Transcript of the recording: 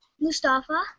Mustafa